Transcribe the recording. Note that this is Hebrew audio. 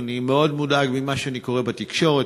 אני מאוד מודאג ממה שאני קורא בתקשורת,